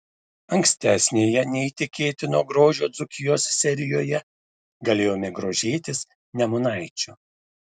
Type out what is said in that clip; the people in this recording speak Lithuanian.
ankstesnėje neįtikėtino grožio dzūkijos serijoje galėjome grožėtis nemunaičiu